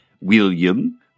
William